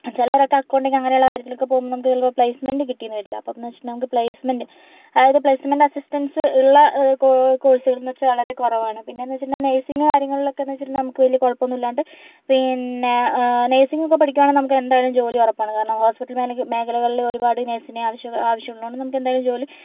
ചിലവരൊക്കെ അക്കൗണ്ടിംഗ് അങ്ങനെയുള്ള കാര്യത്തിനൊക്കെ പോകുമ്പോൾ നമുക്ക് ചിലപ്പോൾ പ്ലയിസ്മെന്റ് കിട്ടിയെന്ന് വരില്ല അപ്പോഴെന്ന് വെച്ചിട്ടുണ്ടെങ്കിൽ പ്ലയിസ്മെന്റ് അതായത് പ്ലയിസ്മെന്റ് അസിസ്റ്റൻസുള്ള കോഴ്സുകള് എന്ന് വച്ചാൽ വളരെ കുറവാണ് പിന്നെയെന്ന് വെച്ചിട്ടുണ്ടെങ്കിൽ നഴ്സിങ് കാര്യങ്ങളിലൊക്കെയെന്ന് വെച്ചിട്ടുണ്ടെങ്കില് നമുക്ക് വലിയ കുഴപ്പമൊന്നുമില്ലാണ്ട് പിന്നെ നഴ്സിങ് ഒക്കെ പഠിക്കുകയാണെങ്കിൽ നമുക്കെന്തായാലും ജോലി ഉറപ്പാണ് കാരണം ഹോസ്പിറ്റലില് അല്ലെങ്കില് മേഖലകളില് ഒരുപാട് നഴ്സിനെ ആവശ്യ ആവശ്യമുള്ളതുകൊണ്ട് നമുക്കെന്തായാലും ജോലി